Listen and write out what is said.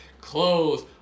clothes